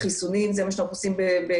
זה מה שאנחנו עושים בחיסונים,